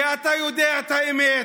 כי אתה יודע את האמת.